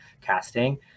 casting